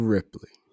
Ripley